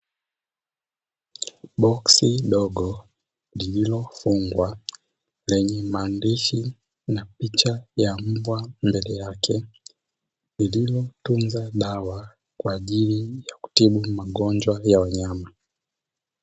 Boksi dogo lililofungwa, lenye maandishi na picha ya mbwa mbele yake, lililotunza dawa kwa ajili ya kutibu magonjwa ya wanyama.